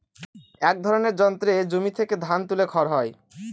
এক ধরনের যন্ত্রে জমি থেকে ধান তুলে খড় হয়